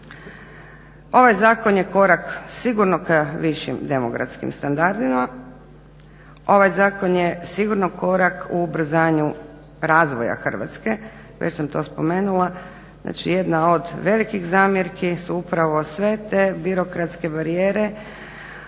ovaj zakon je korak sigurno k višim demokratskim standardima, ovaj zakon je sigurno korak k ubrzanju razvoja Hrvatske, već sam to spomenula. Znači jedna od velikih zamjerki su upravo sve te birokratske barijere,